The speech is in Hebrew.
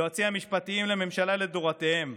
יועצים משפטיים לממשלה לדורותיהם,